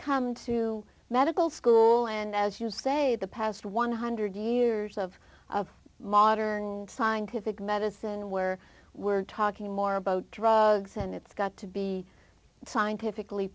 come to medical school and as you say the past one hundred years of modern scientific medicine where we're talking more about drugs and it's got to be scientifically